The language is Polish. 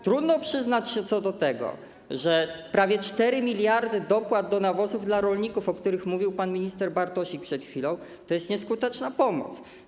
Trudno przyznać, że prawie 4 mld dopłat do nawozów dla rolników, o których mówił pan minister Bartosik przed chwilą, to jest nieskuteczna pomoc.